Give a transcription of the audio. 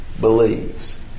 believes